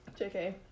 Jk